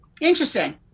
Interesting